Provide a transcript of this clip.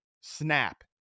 snap